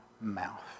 mouth